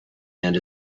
hand